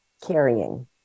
carrying